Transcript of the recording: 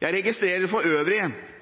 Jeg registrerer for øvrig